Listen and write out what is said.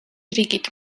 რიგით